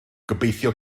gobeithio